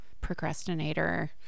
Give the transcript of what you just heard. procrastinator